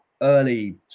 early